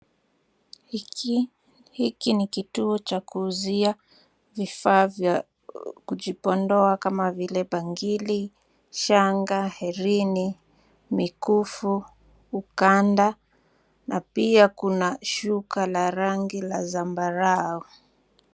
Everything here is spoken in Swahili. Hiki, hiki ni kituo cha kuuzia vifaa vya kujipodoa kama vile bangili, shanga, herini, mikufu ,ukanda na pia kuna shuka la rangi la zambarau.